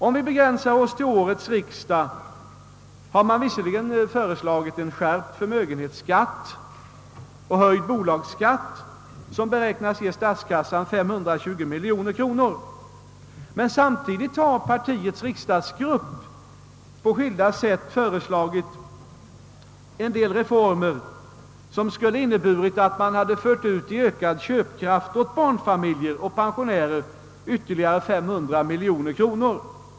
Om vi begränsar oss till årets riksdag kan det konstateras, att kommunisterna visserligen har föreslagit en skärpning av förmögenhetsskatten och en höjning av bolagsskatten som beräknas ge statskassan 520 miljoner kronor, men samtidigt har partiets riksdagsgrupp på skilda sätt föreslagit vissa reformer som skulle innebära att åt barnfamiljer och pensionärer i form av ökad köpkraft ges ytterligare 500 miljoner kronor.